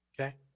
okay